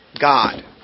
God